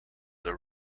are